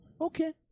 okay